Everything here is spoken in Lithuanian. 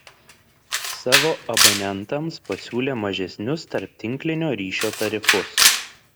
savo abonentams pasiūlė mažesnius tarptinklinio ryšio tarifus